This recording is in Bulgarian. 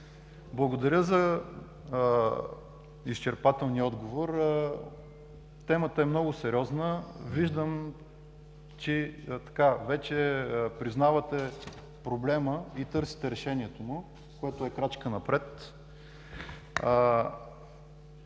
Благодаря за изчерпателния отговор. Темата е много сериозна. Виждам, че вече признавате проблема и търсите решението му, което е крачка напред.